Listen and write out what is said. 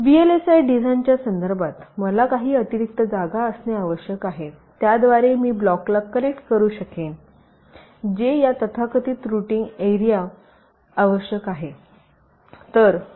VLSI डिझाइनच्या संदर्भात मला काही अतिरिक्त जागा आवश्यक आहे ज्याद्वारे मी ब्लॉकला कनेक्ट करू शकेन जे या तथाकथित रूटिंग एरिया आवश्यक आहेत